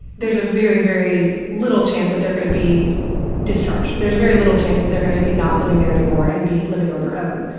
there's a very, very little chance that they're gonna be discharged. there's very little chance they're gonna be not living there anymore and be living on their own.